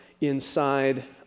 inside